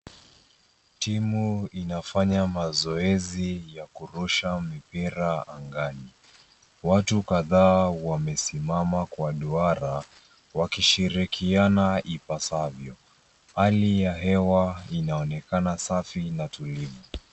Timu inafanya mazoezi ya kurusha mipira angani. Watu kadhaa wamesimama kwa duara, wakishirikiana ipasavyo. Hali ya hewa inaonekana safi na tulivu